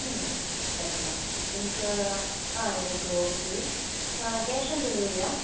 ம் சரிப்பா எனக்கு ஆ எனக்கு ஓகே கேஷ் ஆன் டெலிவரியா